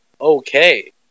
okay